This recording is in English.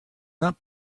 not